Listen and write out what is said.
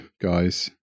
guys